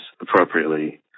appropriately